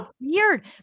weird